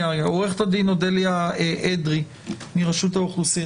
עו"ד אודליה אדרי, רשות האוכלוסין,